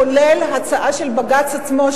כולל הצעה של בג"ץ עצמו,